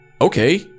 okay